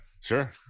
Sure